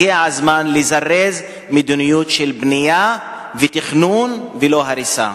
הגיע הזמן לזרז מדיניות של בנייה ותכנון ולא הריסה.